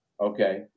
Okay